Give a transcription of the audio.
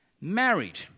married